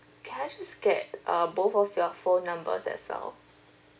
can I just get uh both of your phone numbers as well